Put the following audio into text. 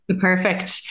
Perfect